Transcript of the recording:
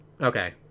Okay